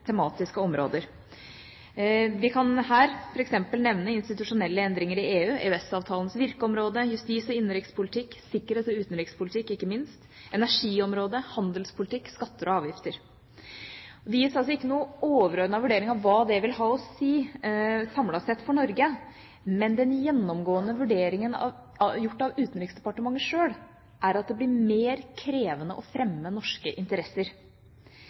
tematiske områder. Vi kan her f.eks. nevne institusjonelle endringer i EU, EØS-avtalens virkeområde, justis- og innenrikspolitikk, sikkerhets- og utenrikspolitikk ikke minst, energiområdet, handelspolitikk, skatter og avgifter. Det gis altså ikke noen overordnet vurdering av hva det vil ha å si samlet sett for Norge, men den gjennomgående vurderingen gjort av Utenriksdepartementet sjøl er at det blir mer krevende å fremme norske interesser.